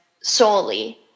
solely